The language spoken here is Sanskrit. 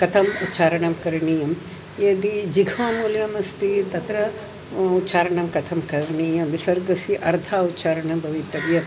कथम् उच्चारणं करणीयं यदि जिह्वामूलीयम् अस्ति तत्र उच्चारणं कथं करणीयं विसर्गस्य अर्धः उच्चारणं भवितव्यम्